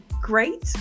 great